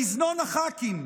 במזנון הח"כים,